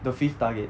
the fifth target